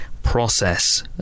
process